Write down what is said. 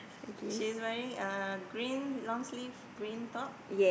she's wearing a green long sleeve green top